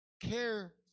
care